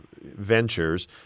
ventures